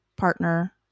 partner